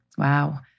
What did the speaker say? Wow